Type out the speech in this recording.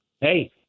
Hey